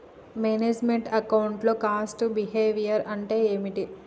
Manage meant account లో cost behaviour అంటే ఏమిటి?